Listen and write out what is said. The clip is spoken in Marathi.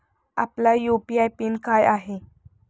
आपला यू.पी.आय पिन काय आहे?